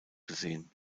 gesehen